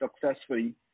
successfully